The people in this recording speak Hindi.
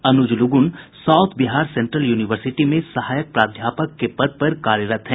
अनुज Lugun south Bihar central university में सहायक प्राध्यापाक के पद पर कार्यरत हैं